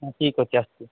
ହଁ ଠିକ୍ ଅଛି ଆସିଛି